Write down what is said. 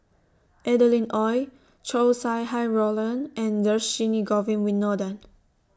Adeline Ooi Chow Sau Hai Roland and Dhershini Govin Winodan